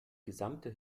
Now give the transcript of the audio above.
gesamte